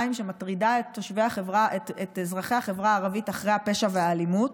שמטרידה את אזרחי החברה הערבית אחרי הפשע והאלימות.